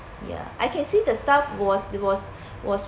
ya I can see the staff was was was